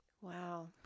Wow